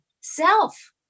self